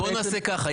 בואו נעשה כך,